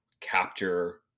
capture